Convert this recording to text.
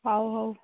ହେଉ ହେଉ